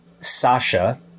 Sasha